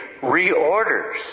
reorders